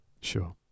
sure